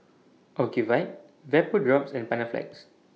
Ocuvite Vapodrops and Panaflex